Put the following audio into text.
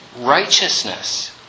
righteousness